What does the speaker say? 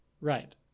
Right